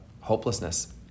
hopelessness